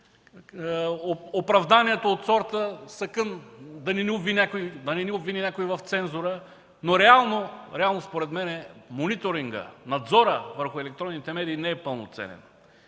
оправданието от сорта „Да не ни обвини някой в цензура”, но реално според мен мониторингът, надзорът върху електронните медии не е пълноценен.